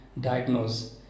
Diagnose